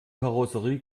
karosserie